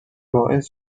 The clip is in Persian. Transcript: باعث